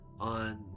On